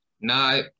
no